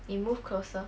you move closer